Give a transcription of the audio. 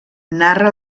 narra